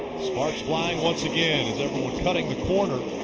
sparks flying once again as everyone cutting the corner.